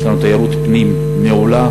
יש לנו תיירות פנים מעולה.